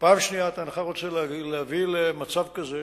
ופעם שנייה, אתה אינך רוצה להביא למצב כזה